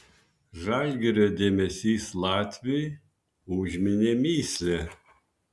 žalgirio dėmesys latviui užminė mįslę